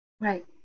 Right